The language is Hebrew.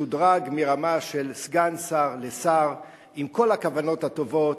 שודרג מרמה של סגן שר לשר, עם כל הכוונות הטובות,